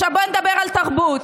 בואו נדבר עכשיו על תרבות,